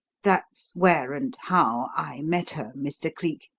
that's where and how i met her, mr. cleek,